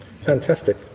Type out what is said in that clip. Fantastic